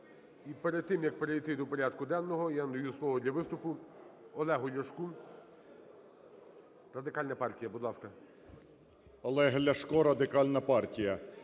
І перед тим, як перейти до порядку денного, я надаю слово для виступу Олегу Ляшку, Радикальна партія. Будь ласка. 10:39:41 ЛЯШКО О.В. Олег Ляшко, Радикальна партія.